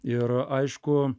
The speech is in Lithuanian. ir aišku